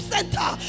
Center